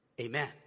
amen